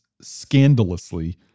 scandalously